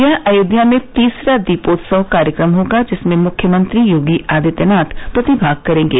यह अयोध्या में तीसरा दीपोत्सव कार्यक्रम होगा जिसमें मुख्यमंत्री योगी आदित्यनाथ प्रतिभाग करेंगे